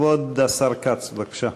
כבוד השר כץ, בבקשה.